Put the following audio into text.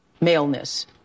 maleness